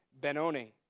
Benoni